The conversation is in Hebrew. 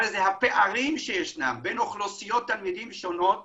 שהפערים שישנם בין אוכלוסיות תלמידים שונות